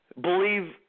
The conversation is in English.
believe